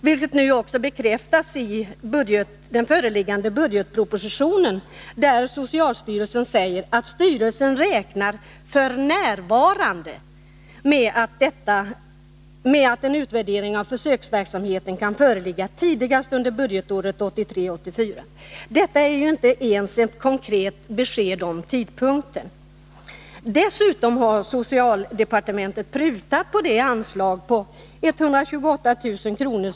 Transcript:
Detta bekräftas också i den föreliggande budgetpropositionen, där det sägs att socialstyrelsen ”för närvarande” räknar med att en utvärdering av försöksverksamheten kan föreligga tidigast under budgetåret 1983/84. Detta är ju inte ens ett konkret besked om tidpunkten. Dessutom har socialdepartementet prutat på det anslag på 128 000 kr.